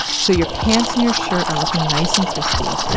so, your pants and your shirt are looking nice and crispy.